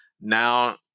now